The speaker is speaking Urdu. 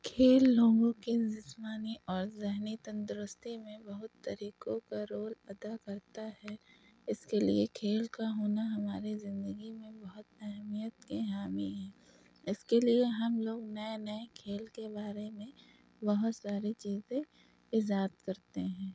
کھیل لوگوں کے جسمانی اور ذہنی تندرستی میں بہت طریقوں کا رول ادا کرتا ہے اس کے لیے کھیل کا ہونا ہماری زندگی میں بہت اہمیت کے حامل ہیں اس کے لیے ہم لوگ نئے نئے کھیل کے بارے میں بہت ساری چیزیں ایجاد کرتے ہیں